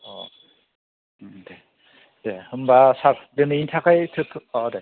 दे दे होनबाय सार दिनैनि थाखाय थोथ' औ दे